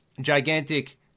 Gigantic